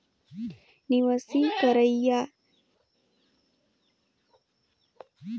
निवेस करइया मन कोनो कंपनी कर बांड ल घलो बेसाए के अपन पइसा ल लगाए लेथे